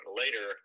later